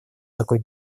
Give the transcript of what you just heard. такой